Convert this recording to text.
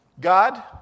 God